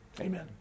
amen